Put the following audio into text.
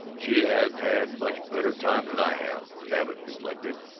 she hasn't had much better time than i have, babbitt reflected,